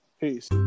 Peace